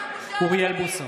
בעד אוריאל בוסו,